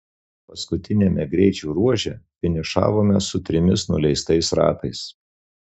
paskutiniame greičio ruože finišavome su trimis nuleistais ratais